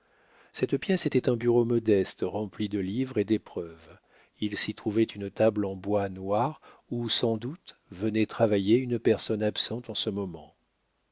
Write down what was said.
cette pièce était un bureau modeste rempli de livres et d'épreuves il s'y trouvait une table en bois noir où sans doute venait travailler une personne absente en ce moment